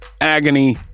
agony